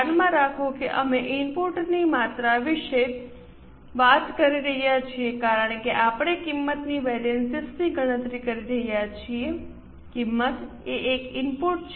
ધ્યાનમાં રાખો કે અમે ઇનપુટની માત્રા વિશે વાત કરી રહ્યા છીએ કારણ કે આપણે કિંમતની વિવિધતાની ગણતરી કરી રહ્યા છીએ કિંમત એ એક ઇનપુટ છે